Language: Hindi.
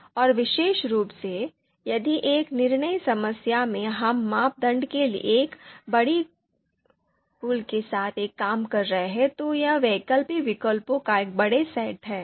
और विशेष रूप से यदि एक निर्णय समस्या में हम मापदंड के एक बड़े पूल के साथ काम कर रहे हैं तो यह वैकल्पिक विकल्पों का एक बड़ा सेट है